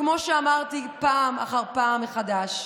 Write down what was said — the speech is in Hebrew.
כמו שאמרתי פעם אחר פעם מחדש,